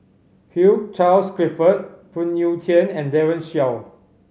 Hugh Charles Clifford Phoon Yew Tien and Daren Shiau